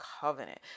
covenant